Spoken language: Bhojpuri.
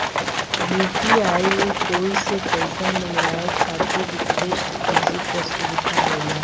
यू.पी.आई में कोई से पइसा मंगवाये खातिर रिक्वेस्ट भेजे क सुविधा होला